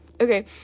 Okay